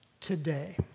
today